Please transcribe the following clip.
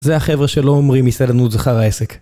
זה החבר'ה שלא אומרים מסעדנות זה חרא עסק.